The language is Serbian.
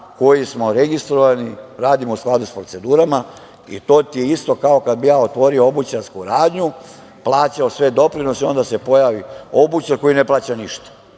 koji smo registrovani, radimo u skladu sa procedurama. To je isto kao kada bi ja otvorio obućarsku radnju, plaćao sve doprinose, onda se pojavi obućar koji ne plaća ništa,